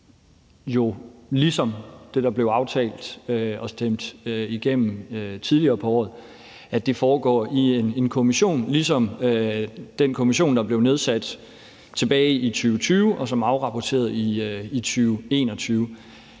ligesom det, der blev aftalt og stemt igennem tidligere på året – foregår i en kommission ligesom den kommission, der blev nedsat tilbage i 2020, og som afrapporterede i 2021.